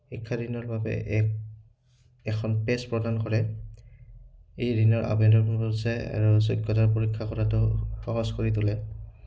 শিক্ষা ঋণৰ বাবে এক এখন পেজ প্ৰদান কৰে এই ঋণৰ আৱেদনো হৈ যায় আৰু যোগ্যতাৰ পৰীক্ষা কৰাটো সহজ কৰি তোলে